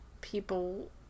people